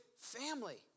family